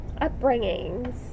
upbringings